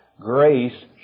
Grace